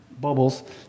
bubbles